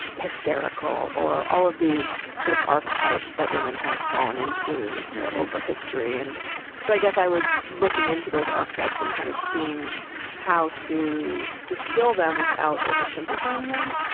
hysterical or all of these sort of archetypes that women have fallen into over history. and so i guess i was looking into those archetypes and kind of seeing how to distill them without oversimplifying them